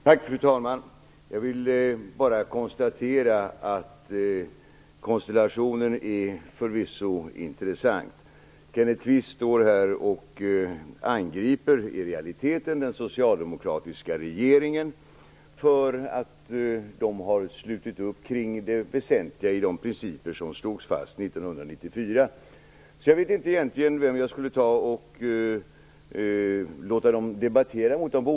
Fru talman! Jag vill bara konstatera att konstellationen förvisso är intressant. Kenneth Kvist angriper i realiteten den socialdemokratiska regeringen för att den har slutit upp kring det väsentliga i de principer som slogs fast 1994. Jag vet egentligen inte vem jag skulle låta dem debattera emot.